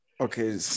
Okay